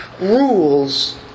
rules